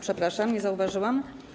Przepraszam, nie zauważyłam.